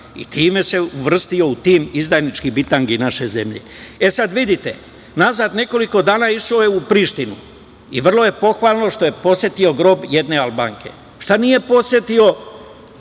i time se uvrstio u tim izdajničkih bitangi naše zemlje. Unazad nekoliko dana išao je u Prištinu i vrlo je pohvalno što je posetio grob jedne Albanke. Zašto nije posetio